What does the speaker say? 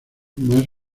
más